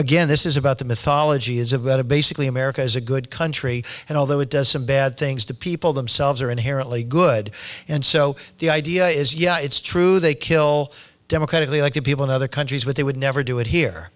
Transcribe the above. again this is about the mythology is about a basically america is a good country and although it does some bad things to people themselves are inherently good and so the idea is yeah it's true they kill democratically elected people in other countries but they would never do it here